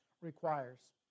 requires